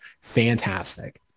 fantastic